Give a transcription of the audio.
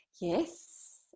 Yes